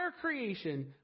creation